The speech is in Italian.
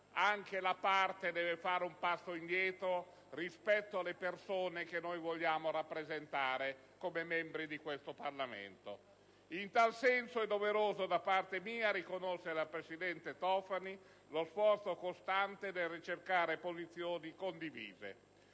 parte politica deve fare un passo indietro rispetto alle persone che vogliamo rappresentare come membri di questo Parlamento. In tal senso è doveroso da parte mia riconoscere al presidente Tofani lo sforzo costante nel ricercare posizioni condivise.